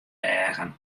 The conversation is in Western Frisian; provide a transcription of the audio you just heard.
eagen